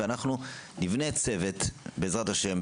ואנחנו נבנה צוות בעזרת השם,